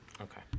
Okay